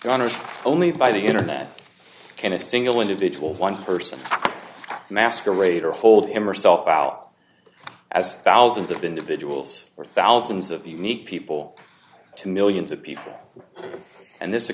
gunner's only by the internet can a single individual one person masquerade or hold him or herself out as thousands of individuals or thousands of unique people to millions of people and this